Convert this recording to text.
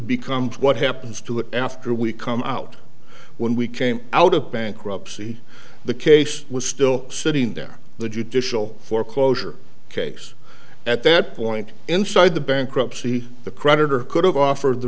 becomes what happens to it after we come out when we came out of bankruptcy the case was still sitting there the judicial foreclosure case at that point inside the bankruptcy the creditor could have offered the